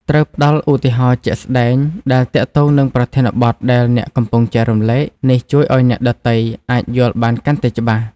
ត្រូវផ្តល់ឧទាហរណ៍ជាក់ស្ដែងដែលទាក់ទងនឹងប្រធានបទដែលអ្នកកំពុងចែករំលែក។ នេះជួយឲ្យអ្នកដទៃអាចយល់បានកាន់តែច្បាស់។